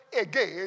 again